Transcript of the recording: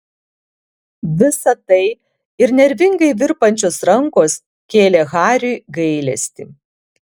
visa tai ir nervingai virpančios rankos kėlė hariui gailestį